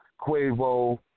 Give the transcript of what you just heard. Quavo